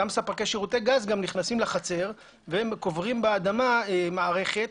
אותם ספקי שירותי גז גם נכנסים לחצר וקוברים באדמה מערכת.